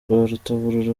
rwarutabura